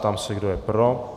Ptám se, kdo je pro.